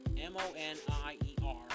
M-O-N-I-E-R